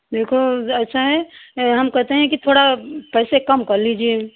देखो ऐसा है हम कहते हैं कि थोड़ा पैसे कम कर लीजिए